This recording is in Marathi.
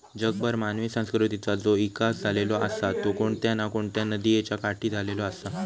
जगभर मानवी संस्कृतीचा जो इकास झालेलो आसा तो कोणत्या ना कोणत्या नदीयेच्या काठी झालेलो आसा